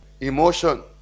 Emotion